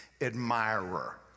admirer